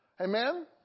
Amen